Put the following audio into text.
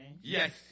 Yes